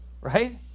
right